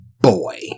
boy